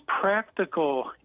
practical